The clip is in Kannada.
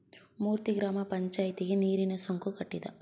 ಮೂರ್ತಿ ಗ್ರಾಮ ಪಂಚಾಯಿತಿಗೆ ನೀರಿನ ಸುಂಕ ಕಟ್ಟಿದ